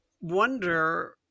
wonder